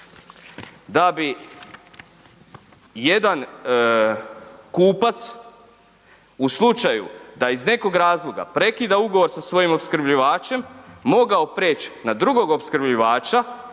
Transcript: da bi jedan kupac u slučaju da iz nekog razloga prekida ugovor sa svojim opskrbljivačem mogao preći na drugog opskrbljivača